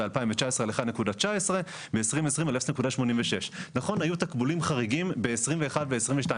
בשנת 2019 עמד על 1.19 ובשנת 2020 עמד על 0.86. נכון שהיו תקבולים חריגים בשנים 2021 ו-2022,